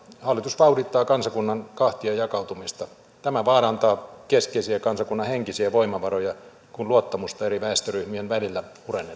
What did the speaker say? hallitus vauhdittaa kansakunnan kahtiajakautumista tämä vaarantaa keskeisiä kansakunnan henkisiä voimavaroja kun luottamusta eri väestöryhmien välillä